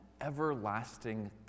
everlasting